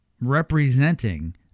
representing